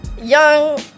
young